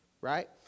right